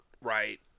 right